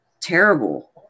terrible